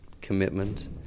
commitment